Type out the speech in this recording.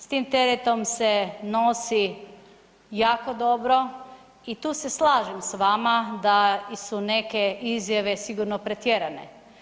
S tim teretom se nosi jako dobro i tu se slažem s vama da su neke izjave sigurno pretjerane.